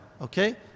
okay